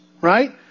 right